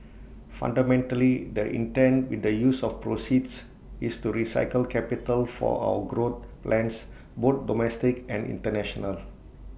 fundamentally the intent with the use of proceeds is to recycle capital for our growth plans both domestic and International